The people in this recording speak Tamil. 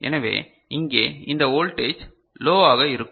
எனவே இங்கே இந்த வோல்டேஜ் லோவாக இருக்கும்